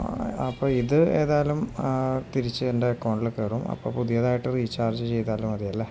അപ്പോള് ഇത് ഏതായാലും തിരിച്ച് എൻ്റെ അക്കൗണ്ടിൽ കയറും അപ്പോള് പുതിയതായിട്ട് റീചാർജ് ചെയ്താലും മതിയല്ലേ